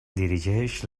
dirigeix